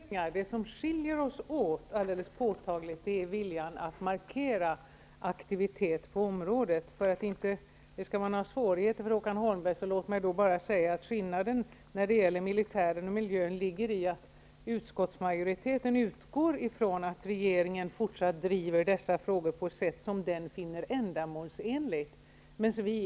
Herr talman! Jag kan hålla med Håkan Holmberg om att vi i mångt och mycket har samma grundläggande värderingar. Det som skiljer oss åt alldeles påtagligt är viljan att markera aktivitet på området. För att det inte skall bli några svårigheter för Håkan Holmberg: låt mig bara säga att skillnaden när det gäller militären och miljön ligger i att utskottsmajoriteten, som det står i betänkandet, utgår ifrån ''att regeringen fortsatt driver dessa frågor på sätt som den finner ändamålsenligt''.